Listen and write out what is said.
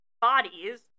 bodies